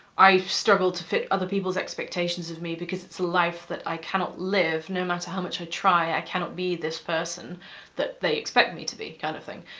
i've struggled to fit other people's expectations of me, because it's life that i cannot live, no matter how much i try, i cannot be this person that they expect me to be kind of thing.